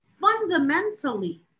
fundamentally